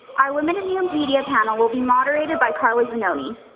our women in new media panel will be moderated by carla zanoni.